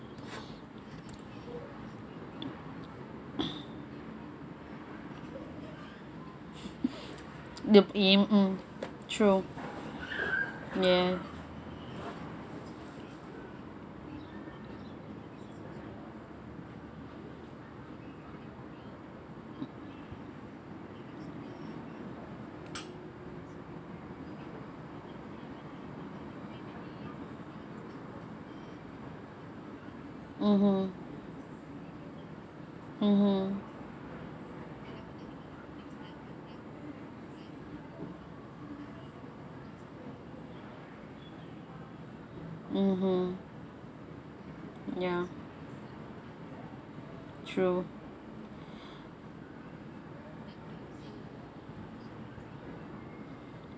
true ya (uh huh) (uh huh) (uh huh) ya true